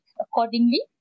accordingly